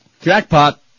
jackpot